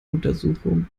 untersuchung